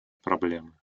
проблемы